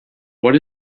what